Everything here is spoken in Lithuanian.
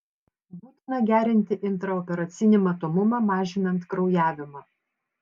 būtina gerinti intraoperacinį matomumą mažinant kraujavimą